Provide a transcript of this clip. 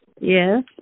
Yes